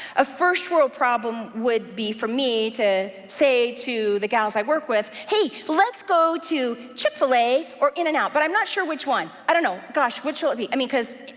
a first world problem would be for me to say to the gals i work with hey, let's go to chick-fil-a, or in-n-out, but i'm not sure which one. i don't know. gosh, which will it be? i mean,